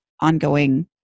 ongoing